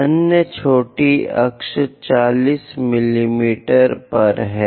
अन्य छोटी अक्ष 40 मिमी पर है